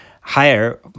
higher